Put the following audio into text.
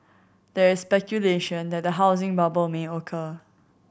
there is speculation that the housing bubble may occur